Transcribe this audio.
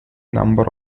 number